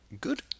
good